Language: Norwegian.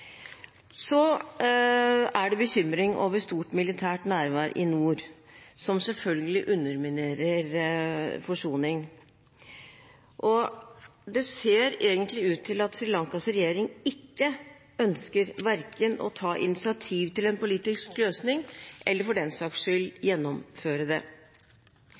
Så er det bekymring over stort militært nærvær i nord, som selvfølgelig underminerer forsoning. Og det ser egentlig ut til at Sri Lankas regjering verken ønsker å ta initiativ til en politisk løsning eller for den saks skyld gjennomføre det.